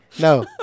no